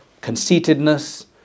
conceitedness